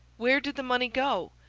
where did the money go?